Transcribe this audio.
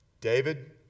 David